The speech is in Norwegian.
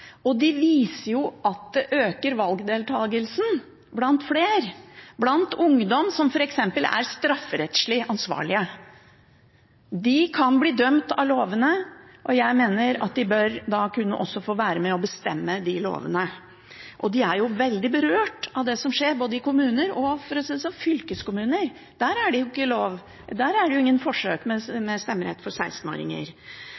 De viser at valgdeltakelsen øker blant flere, f.eks. blant ungdom som er strafferettslig ansvarlig. De kan bli dømt etter lovene, og jeg mener at de da også bør kunne få være med og bestemme disse lovene. De er veldig berørt av det som skjer, både i kommuner og i fylkeskommuner, der det ikke er forsøk med stemmerett for 16-åringer. Da disse forsøkene ble evaluert, var det noen som sa at det ikke var sånn at interessen for